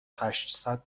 هشتصد